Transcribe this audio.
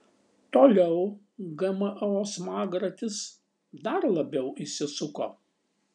toliau gmo smagratis dar labiau įsisuko